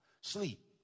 Sleep